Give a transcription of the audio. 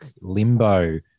limbo